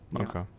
Okay